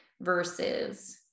versus